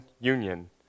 union